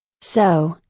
so,